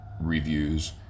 reviews